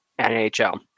NHL